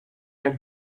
had